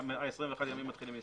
ה-21 ימים מתחילים להיספר.